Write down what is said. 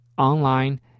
Online